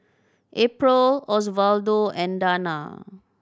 April Osvaldo and Dana